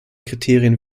kriterien